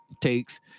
takes